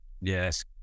Yes